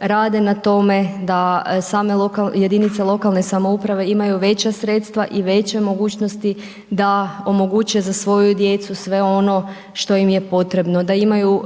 rade na tome da same jedinice lokalne samouprave, imaju veća sredstva i veće mogućnosti da omoguće za svoju djecu sve ono što im je potrebno, da imaju